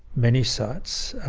many sites are